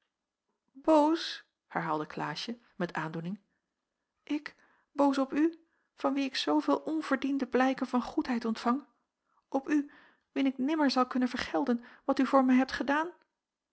boos herhaalde klaasje met aandoening ik boos op u van wien ik zoovele onverdiende blijken van goedheid ontvang op u wien ik nimmer zal kunnen vergelden wat u voor mij hebt gedaan